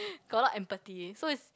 got a lot empathy eh so it's